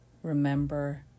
Remember